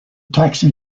taxi